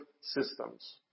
systems